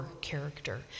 character